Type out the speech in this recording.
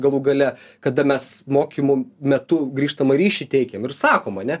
galų gale kada mes mokymų metu grįžtamą ryšį teikėm ir sakom ane